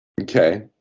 Okay